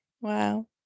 Wow